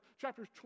chapters